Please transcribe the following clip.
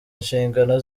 inshingano